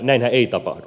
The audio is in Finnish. näinhän ei tapahdu